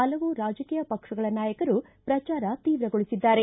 ಪಲವು ರಾಜಕೀಯ ಪಕ್ಷಗಳ ನಾಯಕರು ಪ್ರಚಾರ ತೀವ್ರಗೊಳಿಸಿದ್ದಾರೆ